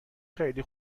خیلی